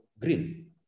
green